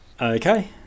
Okay